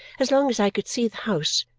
as long as i could see the house,